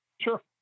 Sure